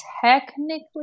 technically